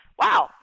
wow